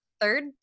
third